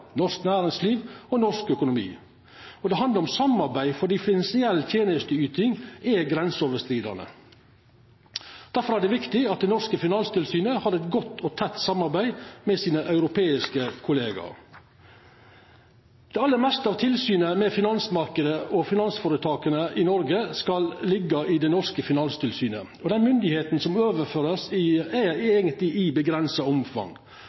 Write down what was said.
norsk næringsliv og norsk økonomi. Det handlar om samarbeid fordi finansiell tenesteyting er grenseoverskridande. Difor er det viktig at det norske finanstilsynet har eit godt og tett samarbeid med sine europeiske kollegaer. Det aller meste av tilsynet med finansmarknaden og finansføretaka i Noreg skal liggja i det norske finanstilsynet, og den myndigheita som vert overført, er eigentleg avgrensa i omfang,